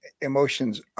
emotions